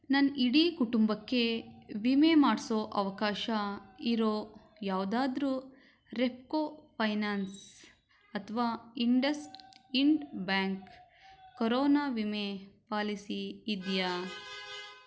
ನನ್ನ ಇಡೀ ಕುಟುಂಬಕ್ಕೆ ವಿಮೆ ಮಾಡಿಸೋ ಅವಕಾಶ ಇರೊ ಯಾವುದಾದರೂ ರೆಪ್ಕೋ ಫೈನಾನ್ಸ್ ಅಥವಾ ಇಂಡಸ್ಇಂಡ್ ಬ್ಯಾಂಕ್ ಕೊರೋನಾ ವಿಮೆ ಪಾಲಿಸಿ ಇದೆಯಾ